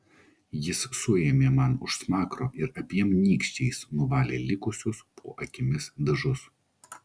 jis suėmė man už smakro ir abiem nykščiais nuvalė likusius po akimis dažus